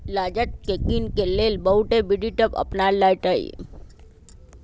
राजस्व के गिनेके लेल बहुते विधि सभ अपनाएल जाइ छइ